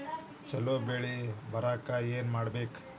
ಛಲೋ ಬೆಳಿ ಬರಾಕ ಏನ್ ಮಾಡ್ಬೇಕ್?